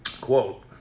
Quote